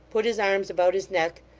put his arms about his neck,